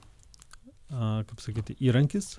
kaip sakyt įrankis